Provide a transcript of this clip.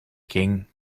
king